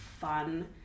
fun